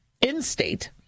in-state